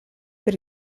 per